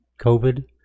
COVID